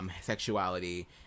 sexuality